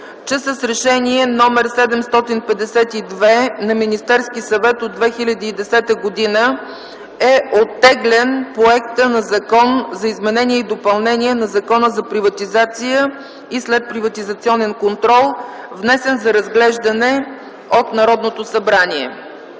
че с Решение № 752 на Министерския съвет от 2010 г. е оттеглен проектът на Закон за изменение и допълнение на Закона за приватизация и следприватизационен контрол, внесен за разглеждане от Народното събрание.